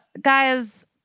Guys